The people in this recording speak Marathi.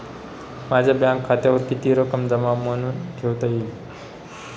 माझ्या बँक खात्यावर किती रक्कम जमा म्हणून ठेवता येईल?